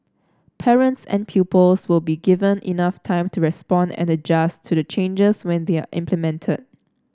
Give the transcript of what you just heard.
parents and pupils will be given enough time to respond and adjust to the changes when they are implemented